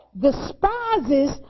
despises